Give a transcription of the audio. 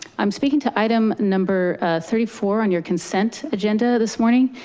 i'm speaking to item number thirty four on your consent agenda this morning.